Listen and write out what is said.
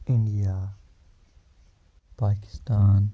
India Pakistan